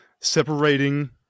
separating